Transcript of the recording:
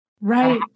Right